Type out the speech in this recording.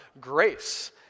grace